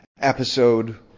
episode